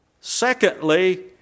Secondly